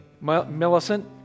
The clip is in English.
Millicent